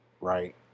right